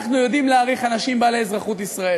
אנחנו יודעים להעריך אנשים בעלי אזרחות ישראלית.